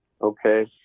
Okay